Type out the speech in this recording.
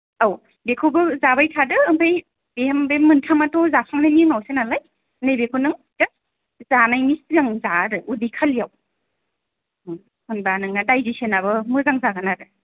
औ बेखौबो जाबाय थादो ओमफ्राय बे मोनथामाथ' जाखांनायनि उनावसो नालाय नैबेखौ नों जास्ट जानायनि सिगां जा आरो उदै खालियाव होमबा नोंना दायजेसनाबो मोजां जागोन आरो